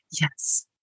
Yes